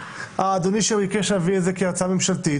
אדוני שביקש להביא את זה כהצעה ממשלתית?